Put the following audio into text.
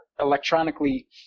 electronically